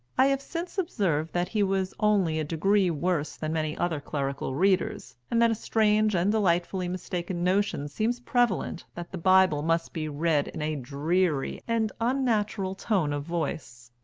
i have since observed that he was only a degree worse than many other clerical readers, and that a strange and delightfully mistaken notion seems prevalent that the bible must be read in a dreary and unnatural tone of voice,